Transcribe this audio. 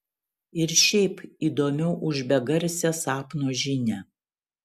ir šiaip įdomiau už begarsę sapno žinią